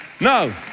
No